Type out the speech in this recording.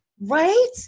right